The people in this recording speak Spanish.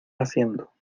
haciendo